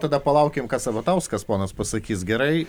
tada palaukim ką sabatauskas ponas pasakys gerai